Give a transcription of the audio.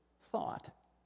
thought